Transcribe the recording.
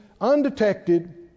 undetected